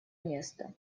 места